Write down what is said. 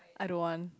I don't want